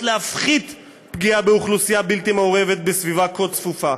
להפחית פגיעה באוכלוסייה בלתי מעורבת בסביבה כה צפופה.